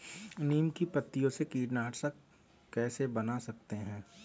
नीम की पत्तियों से कीटनाशक कैसे बना सकते हैं?